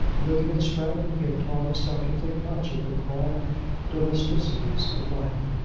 living at stratton, he had taught himself to think much of the quiet domesticities of life,